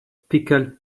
pickled